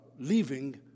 leaving